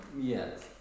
Yes